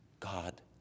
God